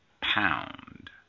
pound